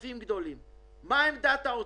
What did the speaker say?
מה עמדת האוצר?